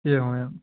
एवमेवम्